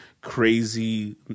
crazy